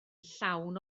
llawn